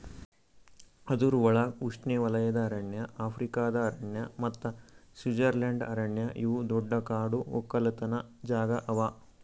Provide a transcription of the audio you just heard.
ಅದುರ್ ಒಳಗ್ ಉಷ್ಣೆವಲಯದ ಅರಣ್ಯ, ಆಫ್ರಿಕಾದ ಅರಣ್ಯ ಮತ್ತ ಸ್ವಿಟ್ಜರ್ಲೆಂಡ್ ಅರಣ್ಯ ಇವು ದೊಡ್ಡ ಕಾಡು ಒಕ್ಕಲತನ ಜಾಗಾ ಅವಾ